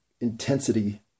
intensity